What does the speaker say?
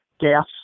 gas